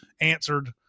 answered